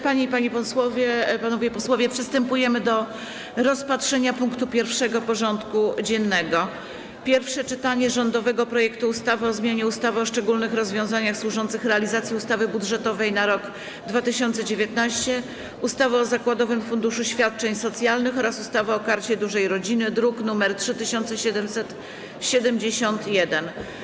Przystępujemy do rozpatrzenia punktu 1. porządku dziennego: Pierwsze czytanie rządowego projektu ustawy o zmianie ustawy o szczególnych rozwiązaniach służących realizacji ustawy budżetowej na rok 2019, ustawy o zakładowym funduszu świadczeń socjalnych oraz ustawy o Karcie Dużej Rodziny (druk nr 3771)